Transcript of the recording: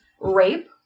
rape